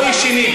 לא ישנים,